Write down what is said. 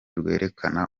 rwerekana